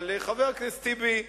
אבל חבר הכנסת טיבי,